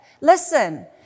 Listen